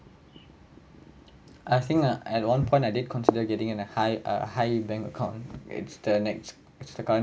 I think ah at one point I did consider getting an high uh high yield bank account it's the next it's the kind